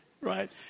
right